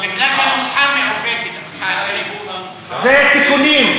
מכיוון שהנוסחה מעוותת, זה תיקונים.